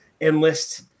enlist